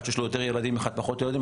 אחד שיש לו פחות ילדים או יותר ילדים.